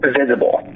visible